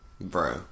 Bro